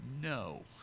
No